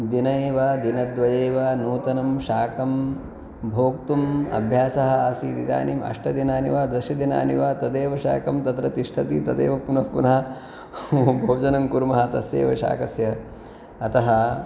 दिनैव दिनद्वये वा नूतनं शाकं भोक्तुम् अभ्यासः आसीत् इदानीम् अष्टदिनानि वा दशदिनानि वा तदेव शाकं तत्र तिष्ठति तदेव पुनः पुनः भोजनं कुर्मः तस्यैव शाकस्य अतः